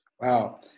Wow